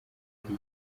ari